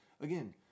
again